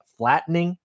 Flattening